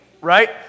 right